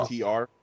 TR